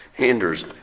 Hinders